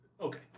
okay